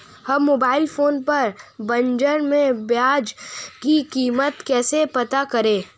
हम mobile phone पर बाज़ार में प्याज़ की कीमत कैसे पता करें?